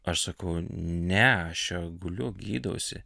aš sakau ne aš čia guliu gydausi